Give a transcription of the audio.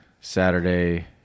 Saturday